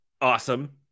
awesome